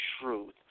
truth